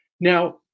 Now